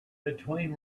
between